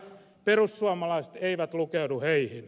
perussuomalaiset eivät lukeudu heihin